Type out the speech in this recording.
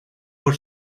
por